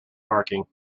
marking